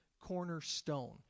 cornerstone